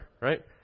Right